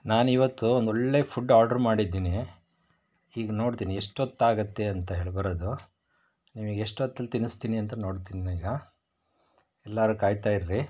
ನಾನು ಇವತ್ತು ಒಂದೊಳ್ಳೆ ಫುಡ್ ಆರ್ಡರ್ ಮಾಡಿದ್ದೀನಿ ಈಗ ನೋಡ್ತೀನಿ ಎಷ್ಟೊತ್ತು ಆಗತ್ತೆ ಅಂತ ಹೇಳಿ ಬರೋದು ನಿಮಗೆ ಎಷ್ಟೊತ್ತಲ್ಲಿ ತಿನ್ನಿಸ್ತೀನಿ ಅಂತ ನೋಡ್ತೀನಿ ಈಗ ಎಲ್ಲರು ಕಾಯ್ತಾ ಇರ್ರಿ